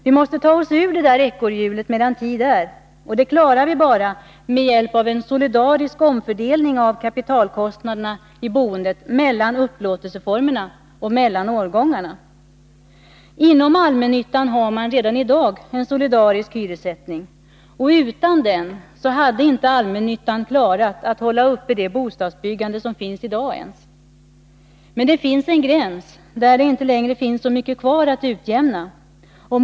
Vi måste ta oss ur det där ekorrhjulet medan tid är, och det klarar vi bara med hjälp av en solidarisk omfördelning av kapitalkostnaderna i boendet mellan upplåtelseformerna och mellan årgångarna. Inom allmännyttan har man redan i dag en solidarisk hyressättning. Utan den hade inte allmännyttan klarat att hålla uppe det bostadsbyggande som finns i dag ens. Men, det finns en gräns där det inte längre finns så mycket kvar att utjämna.